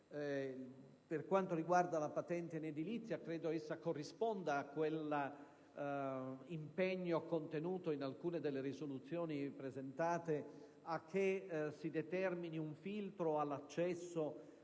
sanitari regionali. La patente in edilizia credo corrisponda all'impegno contenuto in alcune delle risoluzioni presentate a che si determini un filtro all'accesso